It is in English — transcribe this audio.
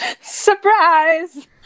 Surprise